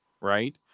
right